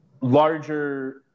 larger